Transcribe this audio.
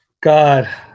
God